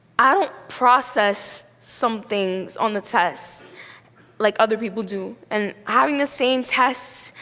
i don't process some things on the test like other people do and having the same test,